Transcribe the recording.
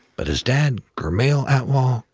but his dad, gurmail atwal,